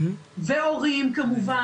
והורים כמובן,